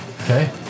Okay